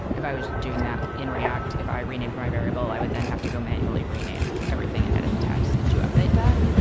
if i was doing that in react, if i renamed my variable, i would then have to go manually rename everything and edit the text to update that.